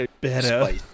better